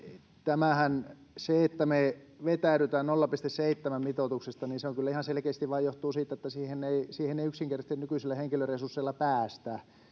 se, että me vetäydytään 0,7:n mitoituksesta, kyllä ihan selkeästi johtuu vain siitä, että siihen ei yksinkertaisesti nykyisillä henkilöresursseilla päästä.